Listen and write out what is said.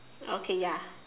okay ya